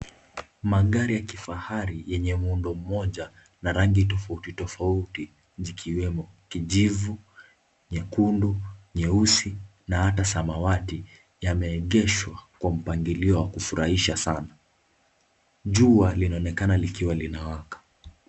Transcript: Magari ya kifahari yenye muundo mmoja na rangi tofautitofauti zikiwemo kijivu, nyekundu, nyeusi na hata samawati yameegeshwa kwa njia ya kupendeza sana. Jua linaonekana likwa linawaka.